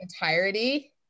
entirety